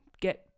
get